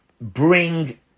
bring